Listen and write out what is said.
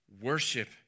worship